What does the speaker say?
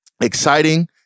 exciting